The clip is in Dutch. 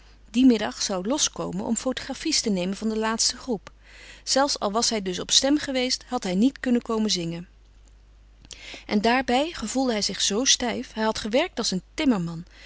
dien middag zou losch komen om fotografies te nemen van de laatste groep zelfs al was hij dus op stem geweest had hij niet kunnen komen zingen en daarbij gevoelde hij zich zôo stijf hij had gewerkt als een timmerman